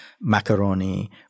macaroni